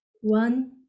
One